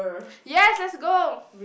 yes let's go